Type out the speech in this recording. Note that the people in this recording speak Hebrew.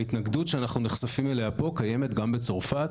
ההתנגדות שאנחנו נחשפים אליה פה קיימת גם בצרפת,